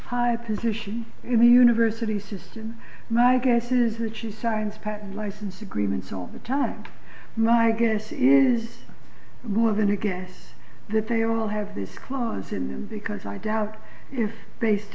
high position in the university system my guess is that she signs past license agreements all the time my guess is more than a guess that they will have this clause in them because i doubt if based